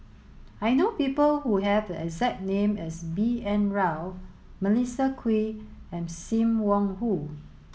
I know people who have the exact name as B N Rao Melissa Kwee and Sim Wong Hoo